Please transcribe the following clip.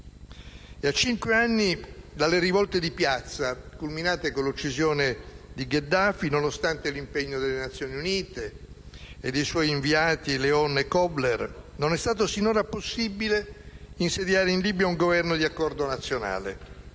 A cinque anni dalle rivolte di piazza, culminate con l'uccisione di Gheddafi, nonostante l'impegno delle Nazioni Unite e dei suoi inviati Bernardino Leon e Martin Kobler, non è stato sinora possibile insediare in Libia un Governo di accordo nazionale,